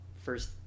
first